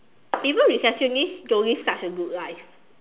even receptionists don't live such a good life